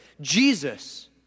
Jesus